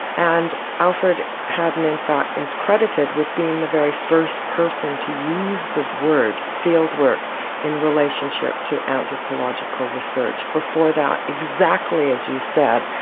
and alfred haddon in fact is credited with being the very first person to use the word field work in relationship to anthropological research. before that, exactly as you said,